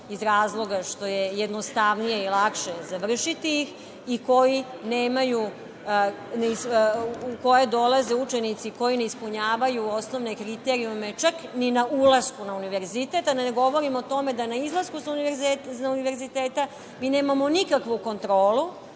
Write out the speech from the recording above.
iz razloga što je jednostavnije i lakše završiti i u koje dolaze učenici koji neispunjavaju osnovne kriterijume, čak ni na ulasku u univerzitet, a da ne govorim o tome da na izlasku sa univerziteta mi nemamo nikakvu kontrolu.